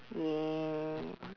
ya